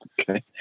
okay